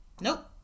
nope